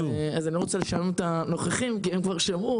אני לא רוצה לשעמם את הנוכחים כי הם כבר שמעו,